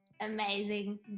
amazing